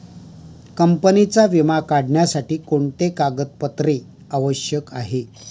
कंपनीचा विमा काढण्यासाठी कोणते कागदपत्रे आवश्यक आहे?